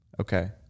Okay